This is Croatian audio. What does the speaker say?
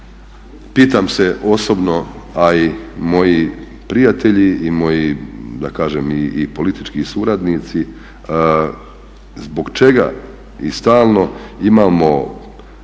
pitam se osobno a i moji prijatelji i moji da kažem i politički suradnici zbog čega i stalno imamo